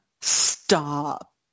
stop